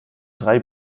drei